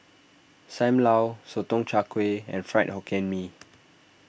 Sam Lau Sotong Char Kway and Fried Hokkien Mee